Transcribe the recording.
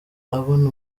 abona